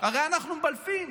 הרי אנחנו מבלפים,